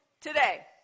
today